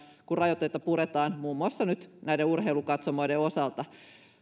kun rajoitteita puretaan muun muassa nyt näiden urheilukatsomoiden osalta